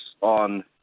on